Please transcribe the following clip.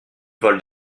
vol